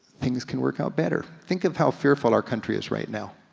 things can work out better. think of how fearful our country is right now.